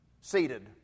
seated